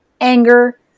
anger